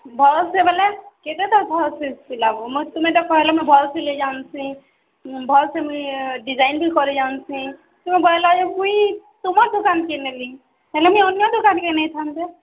ଭଲ୍ସେ ବୋଇଲେ କେତେ ଥର୍ ଭଲ୍ସେ ସିଲାବ ମୁଁ ତୁମେ ତ କହିଲେ ମୁଇଁ ଭଲ୍ ସିଲେଇ ଜାନ୍ସି ଭଲ୍ସେ ମୁଇଁ ଡିଜାଇନ୍ ବି କରିଯାନ୍ସି ତୁମେ କହେଲ ମୁଇଁ ତୁମର୍ ଦୁକାନ୍କେ ନେଲି ହେଲେ ମୁଇଁ ଅନ୍ୟ ଦୋକାନ୍କେ ନେଇଥାନ୍ତେ